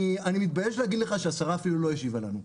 אני מתבייש להגיד לך שהשרה אפילו לא השיבה לנו,